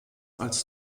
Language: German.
als